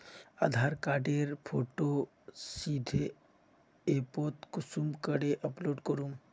आधार कार्डेर फोटो सीधे ऐपोत कुंसम करे अपलोड करूम?